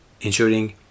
ensuring